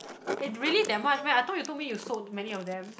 eh really that much meh I thought you told me you sold many of them